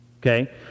okay